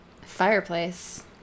fireplace